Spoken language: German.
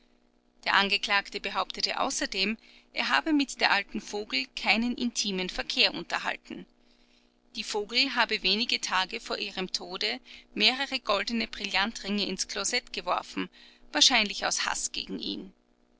der angeklagte behauptete außerdem er habe mit der alten vogel keinen intimen verkehr unterhalten die vogel habe wenige tage vor ihrem tode mehrere goldene brillantringe ins klosett geworfen wahrscheinlich aus haß gegen ihn